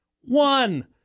One